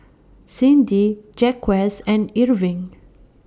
Cyndi Jaquez and Irving